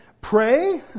pray